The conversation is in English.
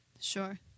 Sure